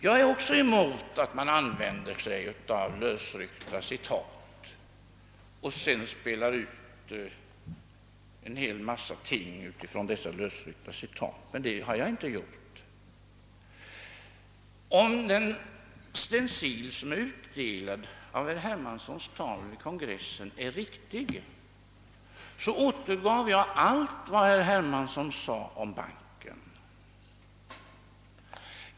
Jag är också emot att man använder sig av lösryckta citat och bygger upp sin argumentering kring dem. Men det har jag inte gjort. Om den stencil som återger herr Hermanssons tal vid kongressen är riktig så citerade jag allt vad herr Hermansson sagt om banken.